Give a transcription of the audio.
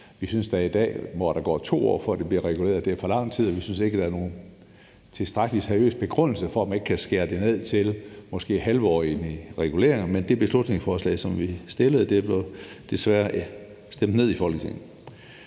Vi synes, at det i dag, hvor der går 2 år, før det bliver reguleret, er for lang tid, og vi synes ikke, at der er nogen tilstrækkelig seriøs begrundelse for, at man ikke kan skære det ned til måske halvårlige reguleringer. Men det beslutningsforslag, som vi fremsatte, blev desværre stemt ned i Folketinget.